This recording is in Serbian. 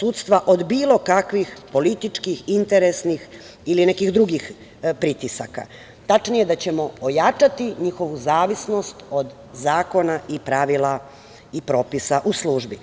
sudstva od bilo kakvih političkih interesnih ili nekih drugih pritisaka, tačnije da ćemo ojačati njihovu zavisnost od zakona i pravila i propisa u službi.